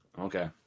okay